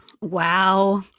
Wow